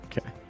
Okay